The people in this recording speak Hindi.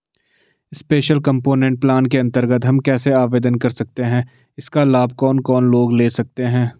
स्पेशल कम्पोनेंट प्लान के अन्तर्गत हम कैसे आवेदन कर सकते हैं इसका लाभ कौन कौन लोग ले सकते हैं?